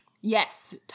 Yes